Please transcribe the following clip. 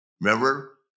Remember